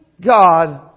God